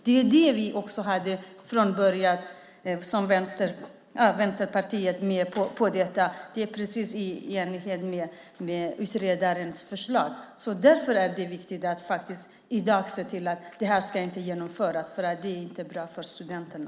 Det är det vi i Vänsterpartiet har tyckt från början. Det är precis i enlighet med utredarens förslag. Därför är det viktigt att i dag se till att det här inte genomförs. Det är inte bra för studenterna.